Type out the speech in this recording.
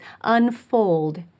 unfold